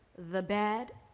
the bad,